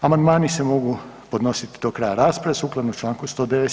Amandmani se mogu podnositi do kraja rasprave sukladno članku 197.